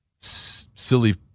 silly